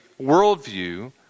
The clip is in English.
worldview